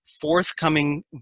forthcoming